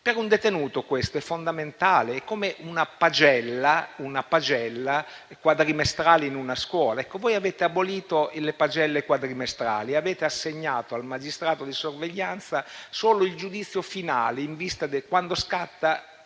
Per un detenuto questo è fondamentale: è come una pagella quadrimestrale in una scuola. Voi avete abolito le pagelle quadrimestrali; avete assegnato al magistrato di sorveglianza solo il giudizio finale in vista di quando scatterebbe